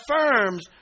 affirms